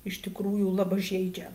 iš tikrųjų labai žeidžia